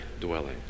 dwelling